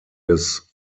des